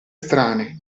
strane